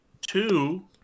two